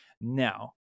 Now